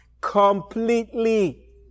completely